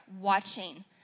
watching